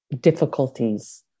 difficulties